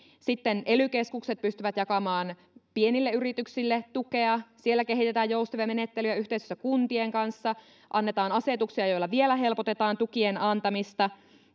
sitten ely keskukset pystyvät jakamaan pienille yrityksille tukea siellä kehitetään joustavia menettelyjä yhteistyössä kuntien kanssa annetaan asetuksia joilla vielä helpotetaan tukien antamista